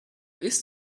ist